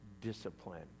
discipline